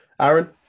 Aaron